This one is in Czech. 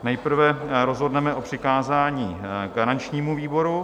Nejprve rozhodneme o přikázání garančnímu výboru.